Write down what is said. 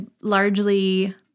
largely